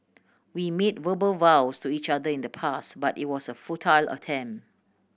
we made verbal vows to each other in the past but it was a futile attempt